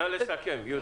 נא לסכם, יהודה.